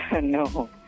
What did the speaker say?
no